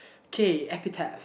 okay